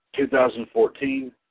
2014